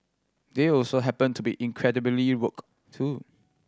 they also happen to be incredibly woke too